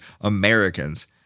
Americans